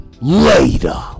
Later